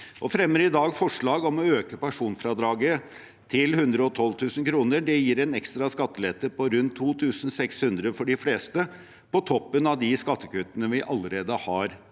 fremmer i dag et forslag om å øke personfradraget til 112 000 kr. Det gir en ekstra skattelette på rundt 2 600 kr for de fleste, på toppen av de skatte kuttene vi allerede har